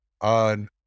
on